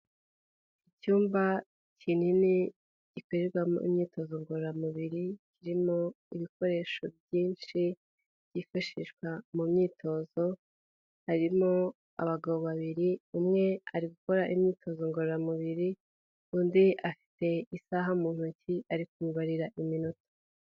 Icyumba kinini gikorerwamo imyitozo ngororamubiri, kirimo ibikoresho byinshi byifashishwa mu myitozo, harimo abagabo babiri, umwe ari gukora imyitozo ngororamubiri, undi afite isaha mu ntoki ari kumubarira iminota.